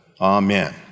Amen